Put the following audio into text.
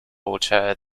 alter